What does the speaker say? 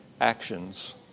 actions